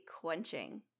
quenching